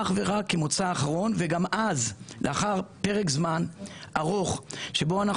אך ורק כמוצא אחרון וגם אז לאחר פרק זמן ארוך שבו אנחנו